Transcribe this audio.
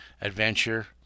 adventure